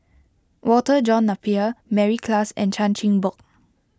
Walter John Napier Mary Klass and Chan Chin Bock